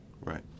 Right